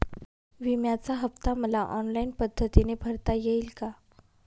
विम्याचा हफ्ता मला ऑनलाईन पद्धतीने भरता येईल का?